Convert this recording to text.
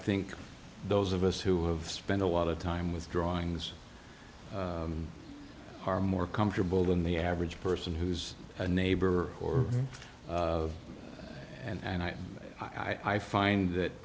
think those of us who have spent a lot of time with drawings are more comfortable than the average person who's a neighbor or and i i find that